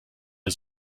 der